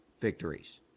victories